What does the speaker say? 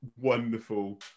wonderful